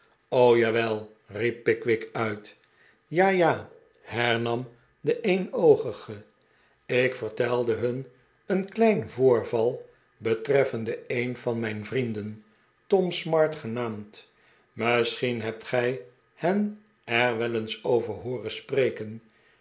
jawel riep pickwick uit ja ja hernam de eenoogige ik vertelde hun een klein voorval betreffende een van mijn vrienden tom smart genaamd misschien hebt gij hener wel eens over hooren spreken